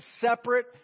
separate